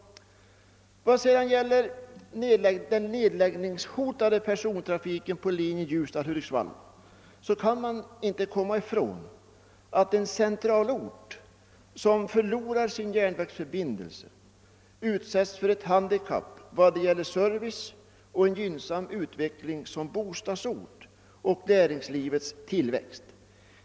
Beträffande den nedläggningshotade persontrafiken på linjen Ljusdal —Hudiksvall kan man inte komma ifrån att en centralort som förlorar sin järnvägsförbindelse utsätts för ett handikapp i vad gäller service och gynnsam utveckling som bostadsort samt i fråga om näringslivets tillväxt.